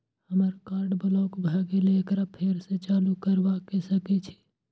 हमर card block भ गेले एकरा फेर स चालू करबा सके छि?